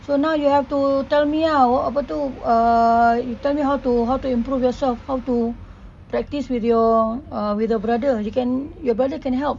so now you have to tell me ah apa tu err you tell me how to how to improve yourself how to practise with your ah with your brother you can your brother can help